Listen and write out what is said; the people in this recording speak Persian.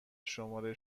شماره